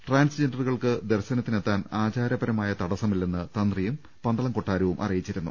ട്രാൻസ്ജെൻഡറുകൾക്ക് ദർശനത്തിനെത്താൻ ആചാരപരമായ തടസമില്ലെന്ന് തന്ത്രിയും പന്തളം കൊട്ടാരവും അറിയിച്ചിരുന്നു